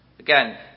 Again